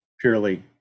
purely